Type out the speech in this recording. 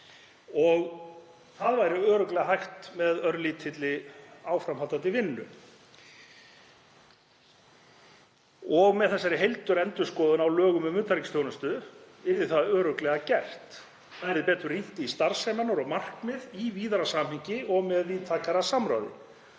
Það væri örugglega hægt með örlítilli áframhaldandi vinnu og með þessari heildarendurskoðun á lögum um utanríkisþjónustu yrði það örugglega gert. Það yrði betur rýnt í starfsemina og markmið í víðara samhengi og með víðtækara samráði.